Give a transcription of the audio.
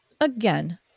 Again